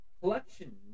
Collection